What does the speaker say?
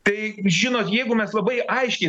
tai žinot jeigu mes labai aiškiai